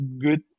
good